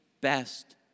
best